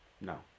no